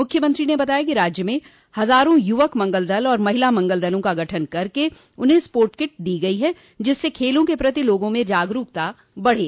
मुख्यमंत्री ने बताया कि राज्य में हजारों युवक मंगल दल और महिला मंगल दलों का गठन करके उन्हें स्पोर्टकिट दी गई है जिससे खेलों के प्रति लोगों में जागरूकता बढ़े